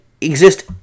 exist